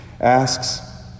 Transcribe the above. asks